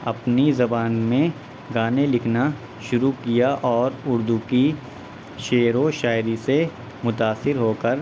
اپنی زبان میں گانے لکھنا شروع کیا اور اردو کی شعر و شاعری سے متاثر ہو کر